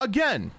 Again